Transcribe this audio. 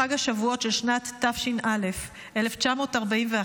בחג השבועות של שנת תש"א, 1941,